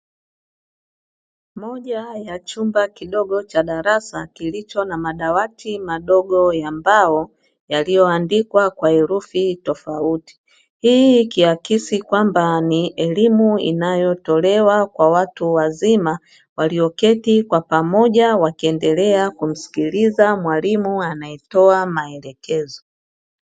Moja ya chumba kidogo cha darasa, kilicho na madawati madogo ya mbao yaliyoandikwa kwa herufi tofauti. Hii ikiakisi kwamba ni elimu inayotolewa kwa watu wazima walioketi kwa pamoja, wakiendelea kumsikiliza mwalimu anayetoa maelekezo.